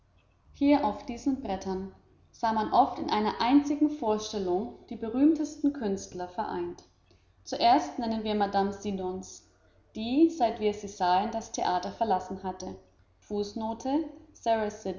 hier auf diesen brettern sah man oft in einer einzigen vorstellung die berühmtesten künstler vereint zuerst nennen wir mme siddons die seit wir sie sahen das theater verlassen hatte